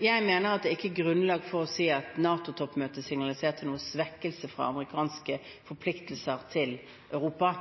Jeg mener at det ikke er grunnlag for å si at NATO-toppmøtet signaliserte noen svekkelse i amerikanske forpliktelser overfor Europa.